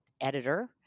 editor